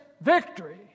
victory